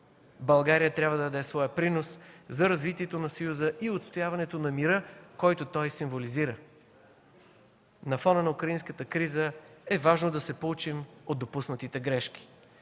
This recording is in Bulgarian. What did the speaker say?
България трябва да даде своя принос за развитието на Съюза и отстояването на мира, който той символизира. На фона на украинската криза е важно да се поучим от допуснатите грешки.